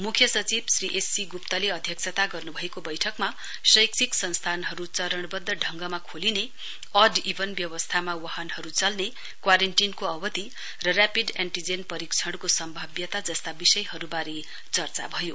मुख्य सचिव Shri S C गुप्ताले अध्यक्षता गर्नुभएको वैठकमा शैक्षिक संस्थानहरु चरणवध्द ढंगमा खोलिने अड इभन व्यवस्थामा वाहनहरु चल्ने क्वारेन्टीनको अवधि र रैपिड एनटीजेन परीक्षणको सम्बाव्यता जस्ता विषयहरुवारे चर्चा भयो